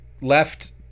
left